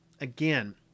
again